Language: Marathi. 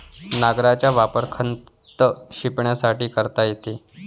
नांगराचा वापर खत शिंपडण्यासाठी करता येतो